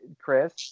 chris